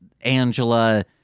Angela